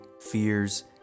fears